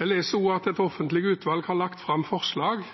Jeg leser også at et offentlig utvalg har lagt fram forslag